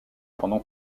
pendant